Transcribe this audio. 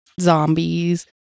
zombies